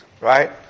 right